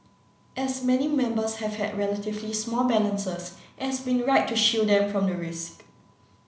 as many members have had relatively small balances it has been right to shield them from the risk